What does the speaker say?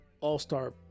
all-star